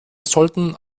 sollten